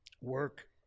work